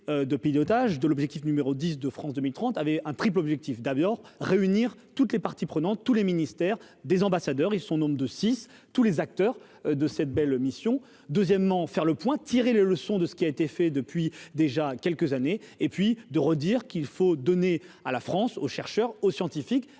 de pilotage de l'objectif numéro 10 de France 2030 avec un triple objectif : d'abord réunir toutes les parties prenantes, tous les ministères, des ambassadeurs et son nombre de six tous les acteurs de cette belle mission, deuxièmement, faire le point, tirer les leçons de ce qui a été fait depuis déjà quelques années et puis de redire qu'il faut donner à la France, aux chercheurs, aux scientifiques